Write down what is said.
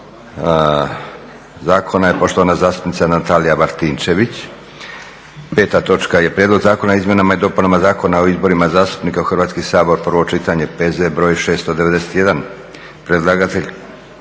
– Predlagateljica zastupnica Natalija Martinčević; 5. Prijedlog zakona o izmjenama i dopunama Zakona o izborima zastupnika u Hrvatski sabor, prvo čitanje, P.Z. br. 691. – Predlagatelj